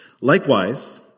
Likewise